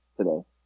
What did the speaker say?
today